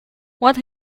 what